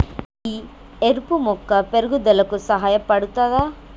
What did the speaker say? ఈ ఎరువు మొక్క పెరుగుదలకు సహాయపడుతదా?